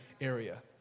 area